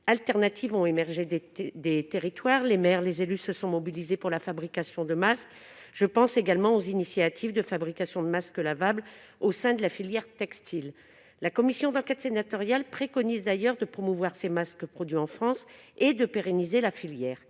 alternatives ont émergé des territoires. Les élus se sont mobilisés pour la fabrication de masques. Je pense également aux initiatives de fabrication de masques lavables au sein de la filière textile. La commission d'enquête sénatoriale préconise d'ailleurs de promouvoir ces masques produits en France et de pérenniser la filière.